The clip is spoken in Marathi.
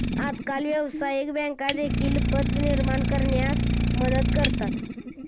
आजकाल व्यवसायिक बँका देखील पत निर्माण करण्यास मदत करतात